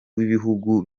w’ibihugu